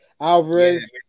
Alvarez